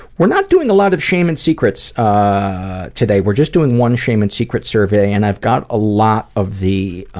we're not doing a lot of shame and secrets today, we're just doing one shame and secrets survey and i've got a lot of the, ah,